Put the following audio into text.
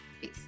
peace